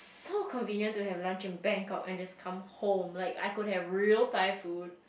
so convenient to have lunch in Bangkok and just come home like I could have real Thai food